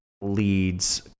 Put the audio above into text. leads